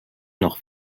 noch